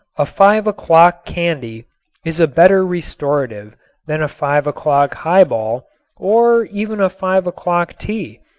a five o'clock candy is a better restorative than a five o'clock highball or even a five o'clock tea,